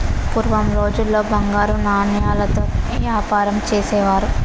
పూర్వం రోజుల్లో బంగారు నాణాలతో యాపారం చేసేవారు